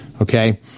okay